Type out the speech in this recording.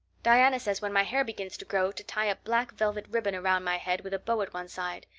diana says when my hair begins to grow to tie a black velvet ribbon around my head with a bow at one side.